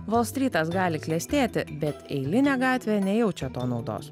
volstrytas gali klestėti bet eilinė gatvė nejaučia to naudos